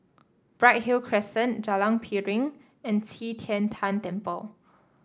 Bright Hill Crescent Jalan Piring and Qi Tian Tan Temple